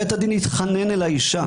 בית הדין התחנן אל האישה,